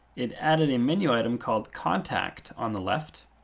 it added a menu item called contact on the left.